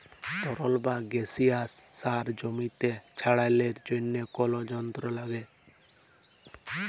তরল বা গাসিয়াস সার জমিতে ছড়ালর জন্হে কল যন্ত্র লাগে